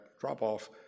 drop-off